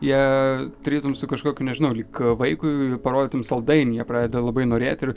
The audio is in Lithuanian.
jie tarytum su kažkokiu nežinau lyg vaikui parodytum saldainį jie pradeda labai norėti